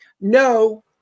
No